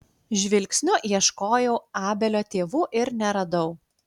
žvilgsniu ieškojau abelio tėvų ir neradau